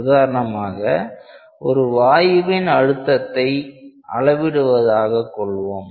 உதாரணமாக ஒரு வாயுவின் அழுத்தத்தை அளவிடுவதாக கொள்வோம்